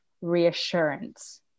reassurance